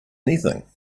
anything